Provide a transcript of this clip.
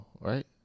right